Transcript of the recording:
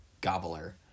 Gobbler